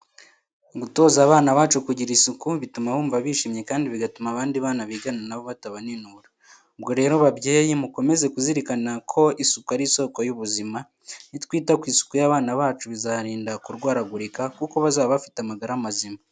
Gutoza abana bacu kugira isuku, bituma bumva bishimye kandi bigatuma abandi bana bigana nabo batabaninura. Ubwo rero babyeyi mukomeze kuzirikana ko isuku ari isoko y'ubuzima. Nitwita ku isuku y'abana bacu bizabarinda kurwaragurika kuko bazaba bafite amagara mazima.